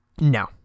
No